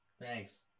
thanks